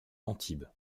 antibes